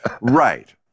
Right